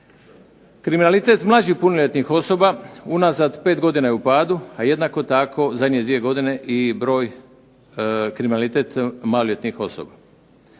Kriminalitet mlađih punoljetnih osoba unazad 5 godina je u padu, a jednako tako zadnje 2 godine i broj kriminalitet maloljetnih osoba.